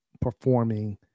performing